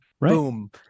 Boom